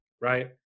right